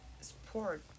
sport